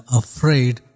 afraid